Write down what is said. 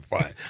fine